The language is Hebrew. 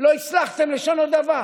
שלא הצלחתם לשנות דבר.